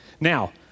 Now